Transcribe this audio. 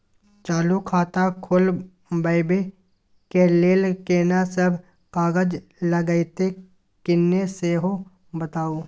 चालू खाता खोलवैबे के लेल केना सब कागज लगतै किन्ने सेहो बताऊ?